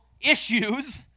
issues